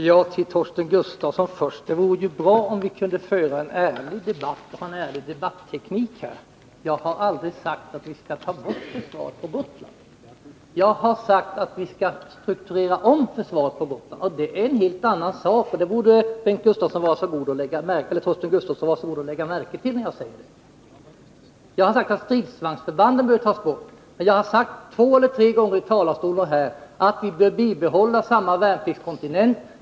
Herr talman! Först vill jag vända mig till Torsten Gustafsson. Det vore bra om vi kunde föra en ärlig debatt med en ärlig debatteknik. Jag har aldrig sagt att vi skall ta bort försvaret på Gotland. Jag har sagt att vi skall strukturera om försvaret på Gotland. Det är en helt annan sak. Det borde Torsten Gustafsson vara så god och lägga märke till. Jag har sagt att stridsvagnsförbanden bör tas bort. Men jag har sagt två eller tre gånger i talarstolen och från min bänk att vi bör bibehålla samma värnpliktskontingent.